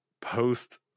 post